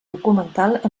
documental